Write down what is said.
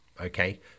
Okay